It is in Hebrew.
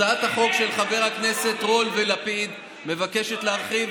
הצעת החוק של חבר הכנסת רול ולפיד מבקשת להרחיב,